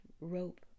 rope